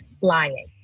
lying